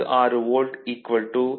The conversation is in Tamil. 66 வோல்ட் 3